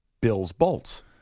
Bills-Bolts